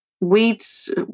weeds